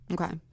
Okay